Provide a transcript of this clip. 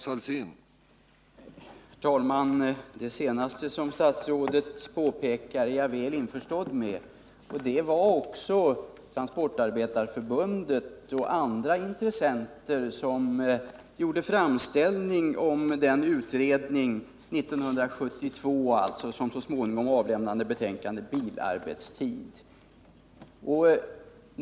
Herr talman! Det senaste som statsrådet påpekade är jag väl införstådd med, och det var också Transportarbetareförbundet och andra intressenter som gjorde framställning om den utredning som tillsattes år 1972 och som så småningom avlämnade betänkandet Bilarbetstid.